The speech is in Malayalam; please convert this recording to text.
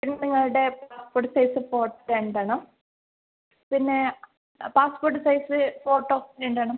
പിന്നെ നിങ്ങളുടെ ഫുൾ സൈസ് ഫോട്ടോ രണ്ടെണ്ണം പിന്നെ പാസ്പോർട്ട് സൈസ് ഫോട്ടോ രണ്ടെണ്ണം